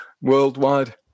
worldwide